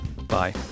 Bye